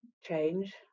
change